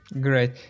great